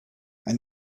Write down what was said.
and